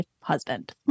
husband